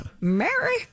Mary